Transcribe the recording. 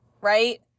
right